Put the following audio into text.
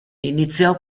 iniziò